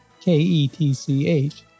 K-E-T-C-H